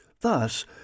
Thus